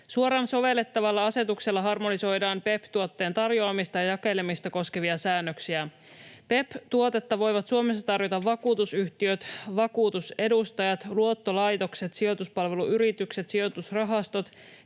Suoraan sovellettavalla asetuksella harmonisoidaan PEPP-tuotteen tarjoamista ja jakelemista koskevia säännöksiä. PEPP-tuotetta voivat Suomessa tarjota vakuutusyhtiöt, vakuutusedustajat, luottolaitokset, sijoituspalveluyritykset, sijoitusrahastot